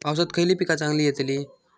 पावसात खयली पीका चांगली येतली?